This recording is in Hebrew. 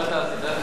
מה אתה עשית?